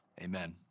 Amen